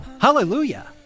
Hallelujah